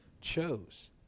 chose